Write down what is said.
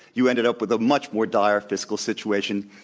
you ended up with a much more dire fiscal situation,